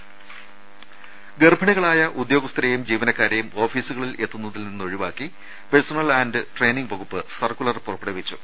ദേദ ഗർഭിണികളായ ഉദ്യോഗസ്ഥരേയും ജീവനക്കാരേയും ഓഫീസുകളിൽ എത്തുന്നതിൽ നിന്ന് ഒഴിവാക്കി പഴ്സണൽ ആന്റ് ട്രെയിനിങ്ങ് വകുപ്പ് സർക്കുലർ പുറപ്പെടുവിച്ചു